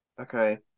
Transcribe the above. Okay